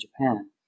Japan